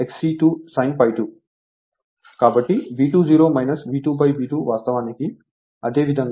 కాబట్టి V20 V 2 V 2 వాస్తవానికి అదే విధంగా ZV 2 V 2 I2